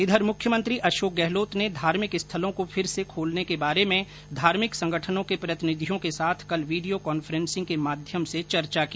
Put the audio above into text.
इधर मुख्यमंत्री अशोक गहलोत ने धार्मिक स्थलों को फिर से खोलने के बारे में धार्मिक संगठनों के प्रतिनिधियों के साथ कल वीडियो कांफ्रेन्सिंग के मध्यम से चर्चा की